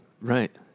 Right